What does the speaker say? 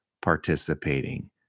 participating